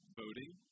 voting